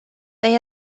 they